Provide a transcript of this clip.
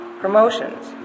promotions